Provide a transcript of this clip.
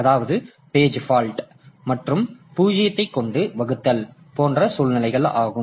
அதாவது page fault மற்றும் பூஜ்ஜியத்தை கொண்டு வகுத்தல் போன்ற சூழ்நிலைகள் ஆகும்